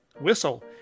whistle